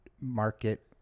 market